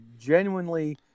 genuinely